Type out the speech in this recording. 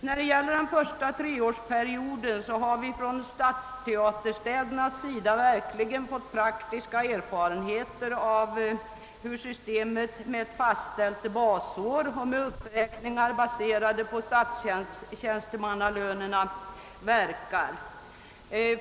När det gäller den första treårsperioden har vi från stadsteaterstädernas sida verkligen fått praktiska erfarenheter av hur systemet med ett fastställt basår och med uppräkning baserad på statstjänstemannalönerna verkar.